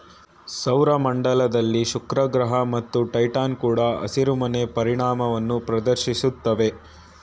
ಸೌರ ಮಂಡಲದಲ್ಲಿ ಶುಕ್ರಗ್ರಹ ಮತ್ತು ಟೈಟಾನ್ ಕೂಡ ಹಸಿರುಮನೆ ಪರಿಣಾಮನ ಪ್ರದರ್ಶಿಸ್ತವೆ